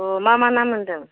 अ मा मा ना मोनदों